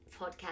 podcast